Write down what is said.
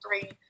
three